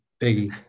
Biggie